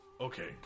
Okay